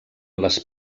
les